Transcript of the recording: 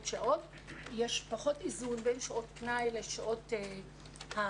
שעות ויש פחות איזון בין שעות פנאי לשעות הורה-ילד.